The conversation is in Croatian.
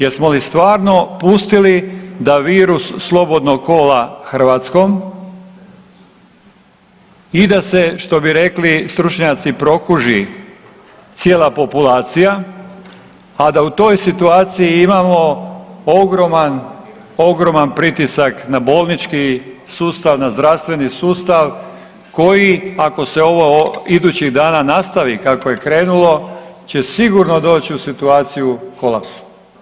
Jesmo li stvarno pustili da virus slobodno kola Hrvatskom i da se što bi rekli stručnjaci prokuži cijela populacija, a da u toj situaciji imamo ogroman, ogroman pritisak na bolnički sustav, na zdravstveni sustav koji ako se ovo idućih dana nastavi kako je krenulo će sigurno doći u situaciju kolapsa.